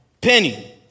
Penny